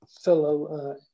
fellow